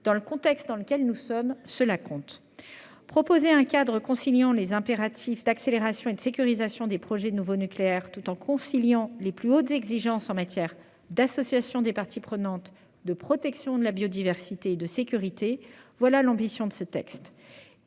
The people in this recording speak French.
Dans le contexte dans lequel nous nous trouvons, cela compte. Proposer un cadre conciliant les impératifs d'accélération et de sécurisation des projets de nouveau nucléaire, ainsi que les plus hautes exigences en matière d'association des parties prenantes, de protection de la biodiversité et de sécurité, voilà l'ambition de ce texte.